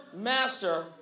master